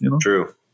true